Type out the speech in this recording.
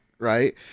Right